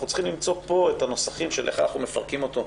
אנחנו צריכים למצוא פה את הנוסחים איך אנחנו מפרקים אותו,